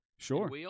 Sure